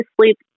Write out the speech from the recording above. sleep